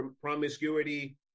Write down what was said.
promiscuity